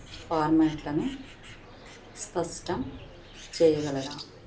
ఫార్మాట్లను స్పష్టం చేయగలరా